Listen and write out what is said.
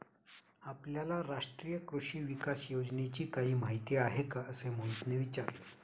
आपल्याला राष्ट्रीय कृषी विकास योजनेची काही माहिती आहे का असे मोहितने विचारले?